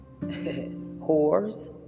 whores